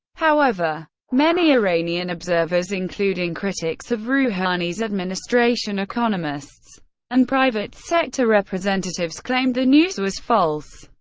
however, many iranian observers including critics of rouhani's administration, economists and private sector representatives claimed the news was false.